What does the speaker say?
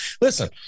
Listen